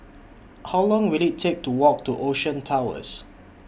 How Long Will IT Take to Walk to Ocean Towers